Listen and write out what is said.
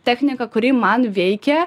techniką kuri man veikia